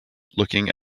looking